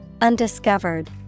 Undiscovered